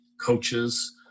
coaches